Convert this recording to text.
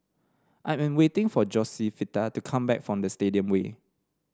I am waiting for Josefita to come back from Stadium Way